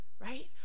Right